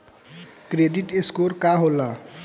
Credit score का होला?